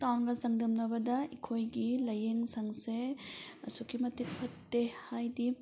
ꯇꯥꯎꯟꯒ ꯆꯥꯡꯗꯝꯅꯕꯗ ꯑꯩꯈꯣꯏꯒꯤ ꯂꯥꯏꯌꯦꯡ ꯁꯪꯁꯦ ꯑꯁꯨꯛꯀꯤ ꯃꯇꯤꯛ ꯐꯠꯇꯦ ꯍꯥꯏꯗꯤ